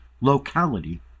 locality